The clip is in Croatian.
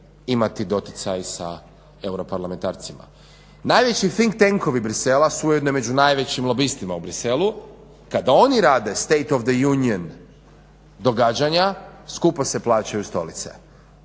imati doticaj sa europarlamentarcima. Najveći think tankovi Brusellexa su ujedno i među najvećim lobistima u Brusellexu. Kada oni rade state of the union događanja, skupo se plaćaju stolice.